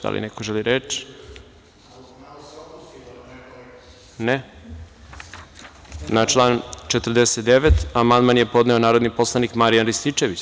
Da li neko želi reč? (Ne) Na član 49. amandman je podneo narodni poslanik Marijan Rističević.